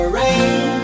rain